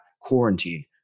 quarantine